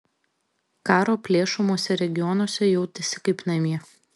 karo plėšomuose regionuose jautėsi kaip namie